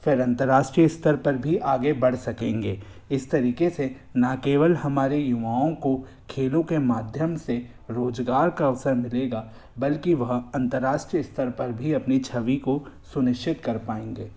फिर अंतर्राष्ट्रीय स्तर पर भी आगे बढ़ सकेंगे इस तरीके से न केवल हमारे युवाओं को खेलों के माध्यम से रोजगार का अवसर मिलेगा बल्कि वह अंतर्राष्ट्रीय स्तर पर भी अपनी छवि को सुनिश्चित कर पाएँगे